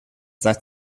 that